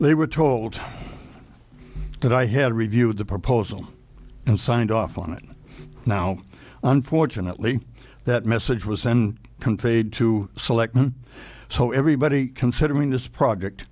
they were told that i had reviewed the proposal and signed off on it now unfortunately that message was sent conveyed to selectmen so everybody considering this project